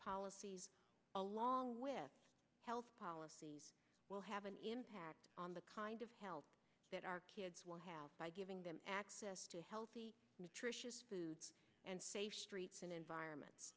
policy along with health policy will have an impact on the kind of help that our kids will have by giving them access to healthy nutritious food and streets and environment